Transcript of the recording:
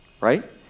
right